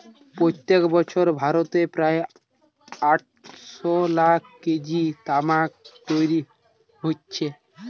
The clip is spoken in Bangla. প্রতি বছর ভারতে প্রায় আটশ লাখ কেজি তামাক তৈরি হচ্ছে